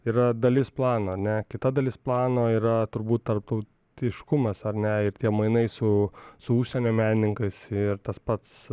yra dalis plano ne kita dalis plano yra turbūt tarptautiškumas ar ne ir tie mainai su su užsienio menininkais ir tas pats